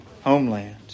homeland